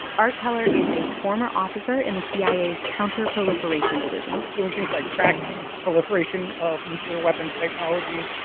art keller is a former officer in the cia's counterproliferation division doing things like tracking proliferation of nuclear weapons technology,